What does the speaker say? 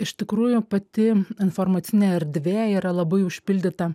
iš tikrųjų pati informacinė erdvė yra labai užpildyta